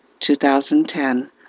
2010